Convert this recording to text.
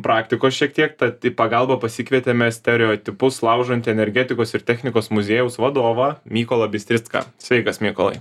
praktikos šiek tiek tad į pagalbą pasikvietėme stereotipus laužantį energetikos ir technikos muziejaus vadovą mykolą bistricką sveikas mykolai